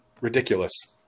ridiculous